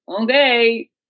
Okay